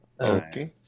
Okay